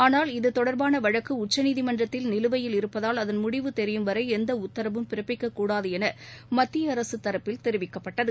ஆனால் இத்தொடர்பான வழக்கு உச்சநீதிமன்றத்தில் நிலுவையில் இருப்பதால் அதன் முடிவு தெரியும்வரை எந்த உத்தரவும் பிறப்பிக்க்கூடாது என மத்திய அரசு தரப்பில் தெரிவிக்கப்பட்டது